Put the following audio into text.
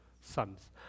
sons